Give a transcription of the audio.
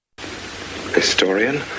historian